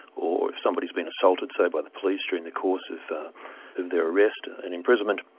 or if somebody's been assaulted, say, by the police, during the course of their arrest and imprisonment.